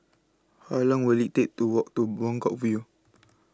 How Long Will IT Take to Walk to Buangkok View